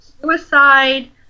suicide